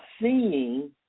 seeing